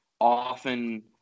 often